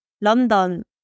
London